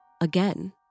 again